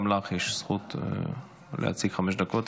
גם לך יש זכות להציג חמש דקות.